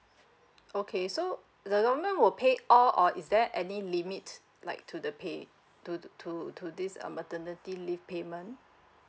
okay so the government will pay all or is there any limit like to the pay to to to this uh maternity leave payment